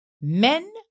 Men